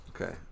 Okay